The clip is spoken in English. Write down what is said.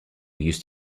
used